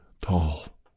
tall